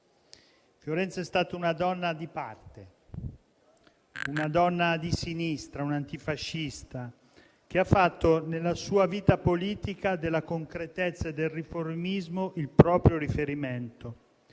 Fiorenza è stata una donna di parte, una donna di sinistra, un'antifascista, che nella sua vita politica ha fatto della concretezza e del riformismo il suo riferimento.